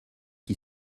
qui